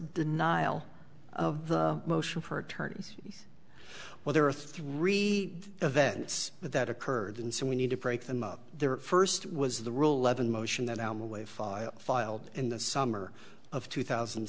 denial of the motion for attorneys well there are three events that occurred and so we need to break them up there first was the ruhleben motion that i am away file filed in the summer of two thousand